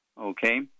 Okay